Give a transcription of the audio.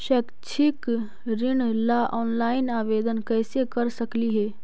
शैक्षिक ऋण ला ऑनलाइन आवेदन कैसे कर सकली हे?